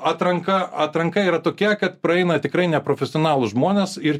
atranka atranka yra tokia kad praeina tikrai neprofesionalūs žmonės ir